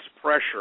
pressure